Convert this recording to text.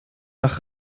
nach